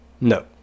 No